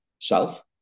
self